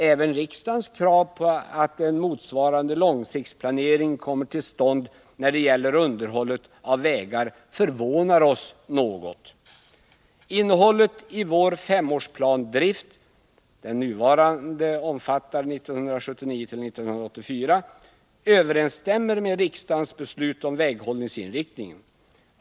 Även riksdagens krav på att en motsvarande långsiktsplanering kommer till stånd när det gäller underhållet av vägar förvånar oss något. Innehållet i vår Femårsplan Drift, den nuvarande omfattar 1979-84, överensstämmer med riksdagens beslut om väghållningsinriktningen.